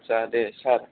आतसा दे सार